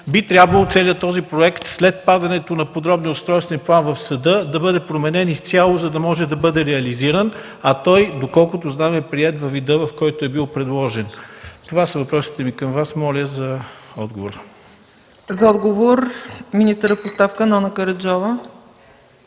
би трябвало целият този проект след падането на подробния устройствен план в съда да бъде променен изцяло, за да може да бъде реализиран. А той, доколкото знам, е приет във вида, в който е бил предложен. Това са въпросите ми към Вас. Моля за отговор. ПРЕДСЕДАТЕЛ ЦЕЦКА ЦАЧЕВА: За отговор – министърът в оставка Нона Караджова.